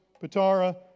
Patara